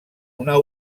una